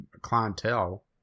clientele